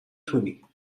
تونی